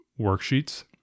worksheets